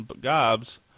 gobs